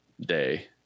day